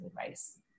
advice